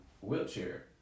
wheelchair